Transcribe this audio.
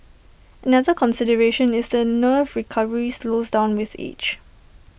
another consideration is the nerve recovery slows down with age